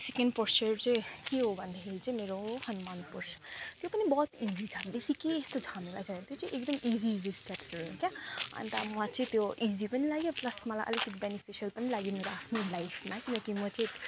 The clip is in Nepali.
सेकेन्ड पोस्चर चाहिँ के हो भन्दाखेरि चाहिँ मेरो हनुमान पोस्चर त्यो पनि बहुत इजी छ बेसी केही यस्तो झमेला छैन त्यो चाहिँ एकदम इजी इजी स्टेप्सहरू हुन् क्या अन्त म त्यो इजी पनि लाग्यो प्लस मलाई अलिकति बेनिफिसियल पनि लाग्यो मेरो आफ्नो लाइफमा किनकि म चाहिँ